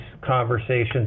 conversations